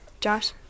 Josh